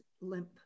limp